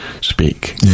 speak